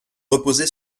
reposer